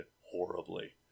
horribly